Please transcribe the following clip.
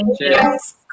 Cheers